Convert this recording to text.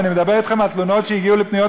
ואני מדבר אתכם על תלונות שהגיעו לוועדה